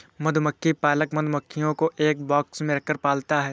मधुमक्खी पालक मधुमक्खियों को एक बॉक्स में रखकर पालता है